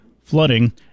flooding